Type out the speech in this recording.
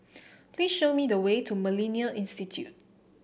please show me the way to MillenniA Institute